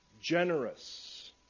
generous